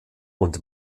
und